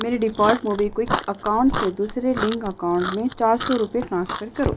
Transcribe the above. میرے default MobiKwik account سے دوسرے لنک اکاؤنٹ میں چار سو روپئے ٹرانسفر کرو